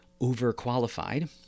overqualified